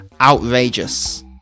outrageous